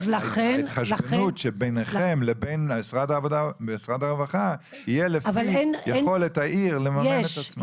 החשדנות שבינכם לבין משרד הרווחה יהיה לפני יכולת העיר לממן את עצמה.